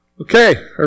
Okay